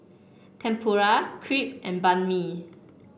Tempura Crepe and Banh Mi